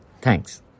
Thanks